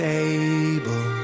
table